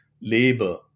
labor